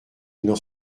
n’en